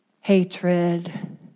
hatred